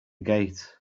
gate